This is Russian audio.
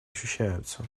ощущаются